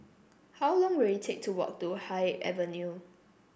how long will it take to walk to Haig Avenue